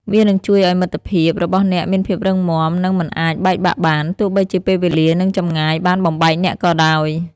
វានឹងជួយឱ្យមិត្តភាពរបស់អ្នកមានភាពរឹងមាំនិងមិនអាចបែកបាក់បាន ទោះបីជាពេលវេលានិងចម្ងាយបានបំបែកអ្នកក៏ដោយ។